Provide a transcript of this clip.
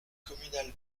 communale